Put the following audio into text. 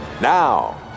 now